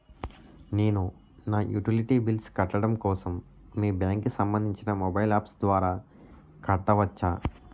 నేను నా utility bills కట్టడం కోసం మీ బ్యాంక్ కి సంబందించిన మొబైల్ అప్స్ ద్వారా కట్టవచ్చా?